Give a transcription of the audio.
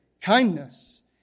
kindness